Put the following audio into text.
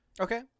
Okay